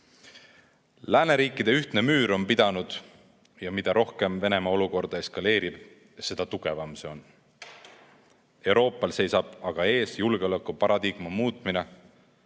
Lääneriikide ühtne müür on pidanud ja mida rohkem Venemaa olukorda eskaleerib, seda tugevam see on. Euroopal seisab aga ees julgeolekuparadigma muutmine,